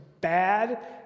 bad